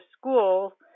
school